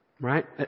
right